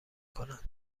کند